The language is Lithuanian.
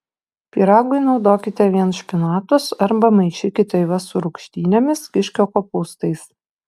pyragui naudokite vien špinatus arba maišykite juos su rūgštynėmis kiškio kopūstais